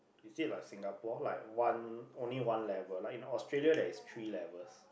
you see like Singapore like one only one level like in Australia there is three levels